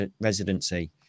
Residency